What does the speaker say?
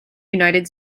united